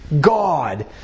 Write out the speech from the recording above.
God